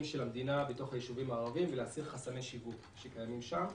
של המדינה בתוך היישובים הערביים ולהסיר חסמי שיווק שקיימים שם.